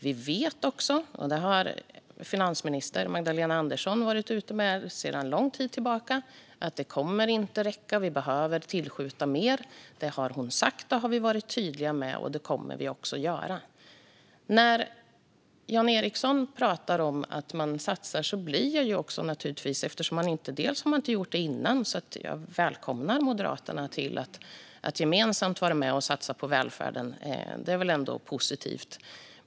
Vi vet också - det har finansminister Magdalena Andersson varit ute med sedan lång tid tillbaka - att det inte kommer att räcka. Vi behöver tillskjuta mer. Det har hon sagt, det har vi varit tydliga med och det kommer vi också att göra. Jan Ericson pratar om att man satsar. Det har man inte gjort tidigare, så jag välkomnar Moderaterna till att vara med och gemensamt satsa på välfärden. Det är väl ändå positivt.